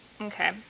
Okay